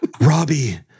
Robbie